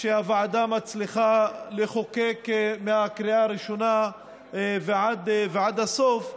שהוועדה מצליחה לחוקק מהקריאה הראשונה ועד הסוף,